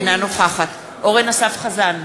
אינה נוכחת אורן אסף חזן,